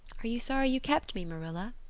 are you sorry you kept me, marilla?